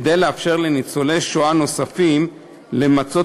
כדי לאפשר לניצולי שואה נוספים למצות